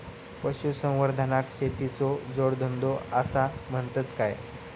पशुसंवर्धनाक शेतीचो जोडधंदो आसा म्हणतत काय?